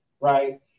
right